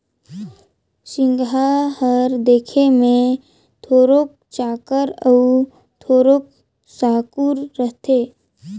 सिगहा हर देखे मे थोरोक चाकर अउ थोरोक साकुर रहथे